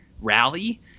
rally